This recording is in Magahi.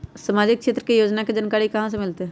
सामाजिक क्षेत्र के योजना के जानकारी कहाँ से मिलतै?